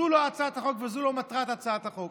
זו לא הצעת החוק וזו לא מטרת הצעת החוק.